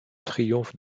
triomphe